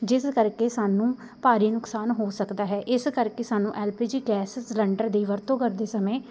ਜਿਸ ਕਰਕੇ ਸਾਨੂੰ ਭਾਰੀ ਨੁਕਸਾਨ ਹੋ ਸਕਦਾ ਹੈ ਇਸ ਕਰਕੇ ਸਾਨੂੰ L P G gas cylinder ਦੀ ਵਰਤੋਂ ਕਰਦੇ ਸਮੇਂ